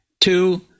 Two